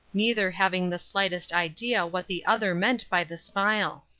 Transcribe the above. neither having the slightest idea what the other meant by the smile.